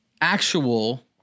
actual